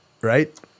right